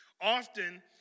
Often